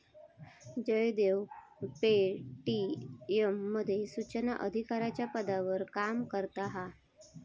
Jaydev Paytm मध्ये सुचना अधिकाराच्या पदावर काम करता हा